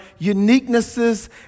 uniquenesses